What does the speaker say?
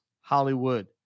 hollywood